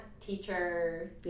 teacher